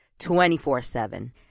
24-7